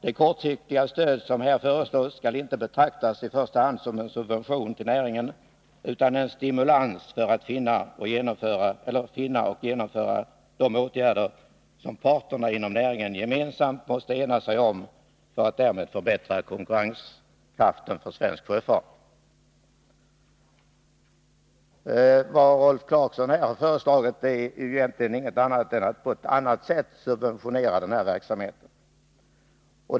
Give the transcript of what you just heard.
Det kortsiktiga stöd som här föreslås skall inte betraktas i första hand som en subvention till näringen utan som en stimulans för att finna och genomföra de åtgärder som parterna inom näringen gemensamt måste ena sig om för att därmed förbättra konkurrenskraften för svensk sjöfart. Vad Rolf Clarkson här har föreslagit är egentligen ingenting annat än ett annat sätt att subventionera denna verksamhet.